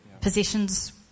Possessions